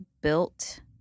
built –